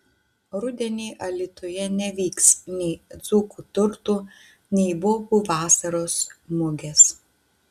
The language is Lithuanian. rudenį alytuje nevyks nei dzūkų turtų nei bobų vasaros mugės